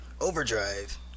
Overdrive